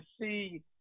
see